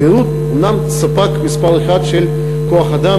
התיירות אומנם ספק מספר אחת של כוח-אדם,